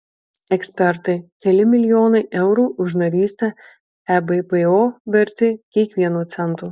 ekspertai keli milijonai eurų už narystę ebpo verti kiekvieno cento